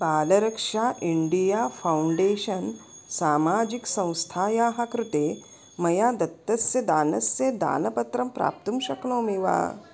Balraksha India foundation सामाजिकसंस्थायाः कृते मया दत्तस्य दानस्य दानपत्रं प्राप्तुं शक्नोमि वा